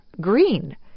green